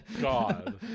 God